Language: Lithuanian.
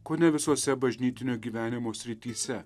kone visose bažnytinio gyvenimo srityse